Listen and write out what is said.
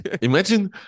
Imagine